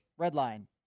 Redline